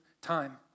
time